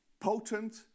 potent